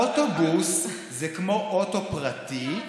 אוטובוס זה כמו אוטו פרטי,